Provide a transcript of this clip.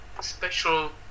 special